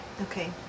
Okay